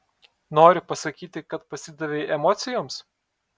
nori pasakyti kad pasidavei emocijoms